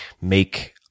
make